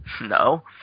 No